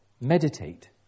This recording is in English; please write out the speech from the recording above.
meditate